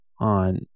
on